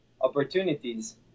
opportunities